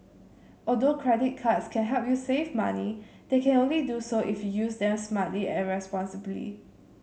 although credit cards can help you save money they can only do so if you use them smartly and responsibly